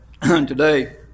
today